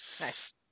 Nice